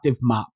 map